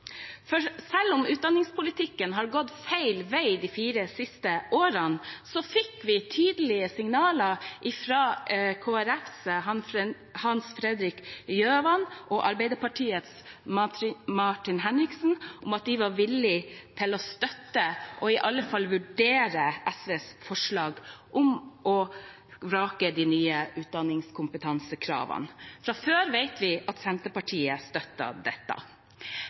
Selv om utdanningspolitikken har gått feil vei de fire siste årene, fikk vi tydelige signaler fra Kristelig Folkepartis Hans Fredrik Grøvan og Arbeiderpartiets Martin Henriksen om at de er villige til å støtte, i alle fall vurdere, SVs forslag om å vrake de nye utdanningskompetansekravene. Fra før vet vi at Senterpartiet støtter dette.